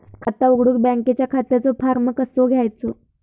खाता उघडुक बँकेच्या खात्याचो फार्म कसो घ्यायचो?